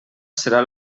serà